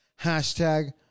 Hashtag